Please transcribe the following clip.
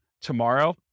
tomorrow